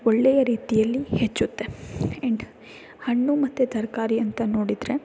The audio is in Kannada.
ಒಳ್ಳೆಯ ರೀತಿಯಲ್ಲಿ ಹೆಚ್ಚುತ್ತೆ ಆ್ಯಂಡ್ ಹಣ್ಣು ಮತ್ತು ತರಕಾರಿ ಅಂತ ನೋಡಿದರೆ